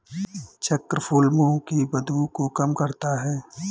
चक्रफूल मुंह की बदबू को कम करता है